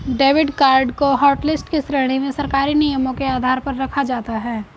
debit card को hotlist की श्रेणी में सरकारी नियमों के आधार पर रखा जाता है